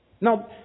Now